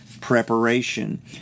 preparation